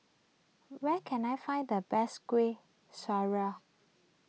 where can I find the best Kueh Syara